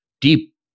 deep